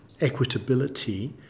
equitability